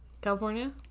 California